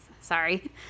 sorry